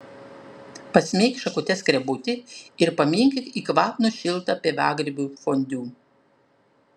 pasmeik šakute skrebutį ir paminkyk į kvapnų šiltą pievagrybių fondiu